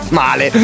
male